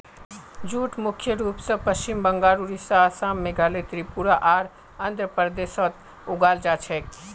jute मुख्य रूप स पश्चिम बंगाल, ओडिशा, असम, मेघालय, त्रिपुरा आर आंध्र प्रदेशत उगाल जा छेक